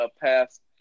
past